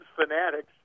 Fanatics